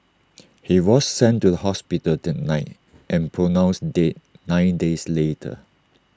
he was sent to the hospital that night and pronounced dead nine days later